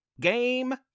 Game